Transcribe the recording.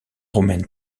romaine